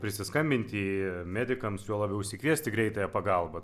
prisiskambinti medikams juo labiau išsikviesti greitąją pagalbą